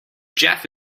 jeff